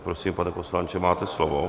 Prosím, pane poslanče, máte slovo.